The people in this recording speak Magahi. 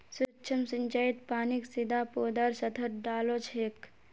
सूक्ष्म सिंचाईत पानीक सीधा पौधार सतहत डा ल छेक